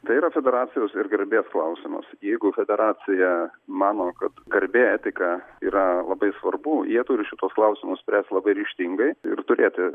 tai yra federacijos ir garbės klausimas jeigu federacija mano kad garbė etika yra labai svarbu jie turi šituos klausimus spręst labai ryžtingai ir turėtų